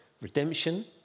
Redemption